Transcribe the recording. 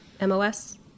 MOS